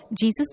Jesus